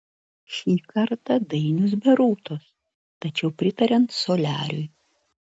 šį kartą dainius be rūtos tačiau pritariant soliariui